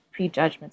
prejudgments